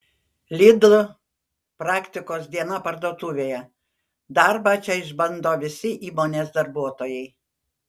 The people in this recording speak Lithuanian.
lidl praktikos diena parduotuvėje darbą čia išbando visi įmonės darbuotojai